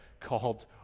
called